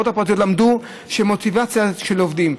למדו שמוטיבציה של עובדים,